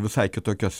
visai kitokios